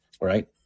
right